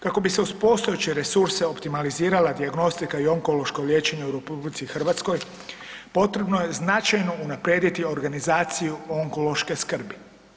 Kako bi se uz postojeće resurse optimalizirala dijagnostika i onkološko liječenje u RH potrebno je značajno unaprijediti organizaciju onkološke skrbi.